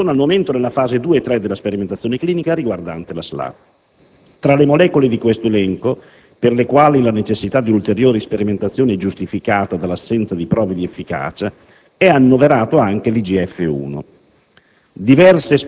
che sono al momento nella fase II e III della sperimentazione clinica riguardante la SLA. Tra le molecole di questo elenco, per le quali la necessità di ulteriori sperimentazioni è giustificata dall'assenza di prove di efficacia, è annoverata anche l'IGF-1.